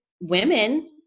women